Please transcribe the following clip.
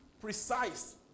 precise